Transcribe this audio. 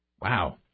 Wow